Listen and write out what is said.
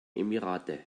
emirate